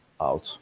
out